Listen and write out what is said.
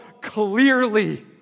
clearly